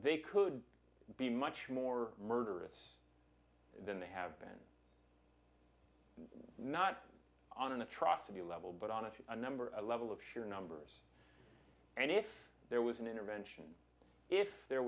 they could be much more murderous than they have been not on an atrocity level but on a to a number a level of sheer numbers and if there was an intervention if there